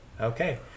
okay